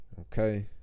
Okay